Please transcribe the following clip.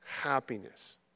happiness